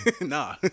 Nah